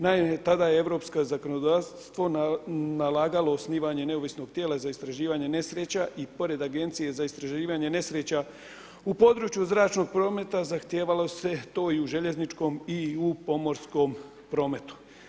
Naime, tada je europsko zakonodavstvo nalagalo osnivanje neovisnog tijela za istraživanje nesreća i pored Agencije za istraživanje nesreća u zračnog prometa zahtijevalo se to i u željezničkom i u pomorskom prometu.